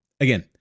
Again